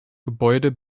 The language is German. gebäude